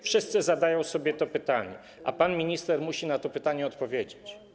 Wszyscy zadają sobie to pytanie, a pan minister musi na to pytanie odpowiedzieć.